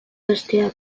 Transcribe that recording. gaztea